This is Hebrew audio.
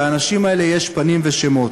לאנשים האלה יש פנים ושמות.